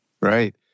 Right